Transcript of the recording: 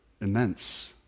immense